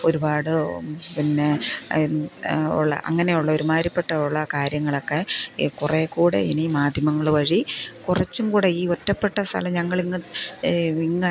ഒരുപാട് പിന്നെ ഉള്ള അങ്ങിനെയുള്ള ഒരുമാതിരിപ്പെട്ടുള്ള കാര്യങ്ങളൊക്കെ ഈ കുറെ കൂടെ ഇനി മാധ്യമങ്ങൾ വഴി കുറച്ചും കൂടെ ഈ ഒറ്റപ്പെട്ട സ്ഥലം ഞങ്ങൾ ഇങ്ങ് ഇങ്ങ്